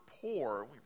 poor